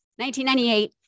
1998